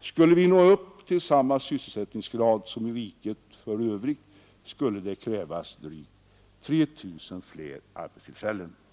Skulle vi nå upp till samma sysselsättningsgrad som i riket i övrigt skulle det krävas drygt 3 000 fler arbetstillfällen för kvinnor.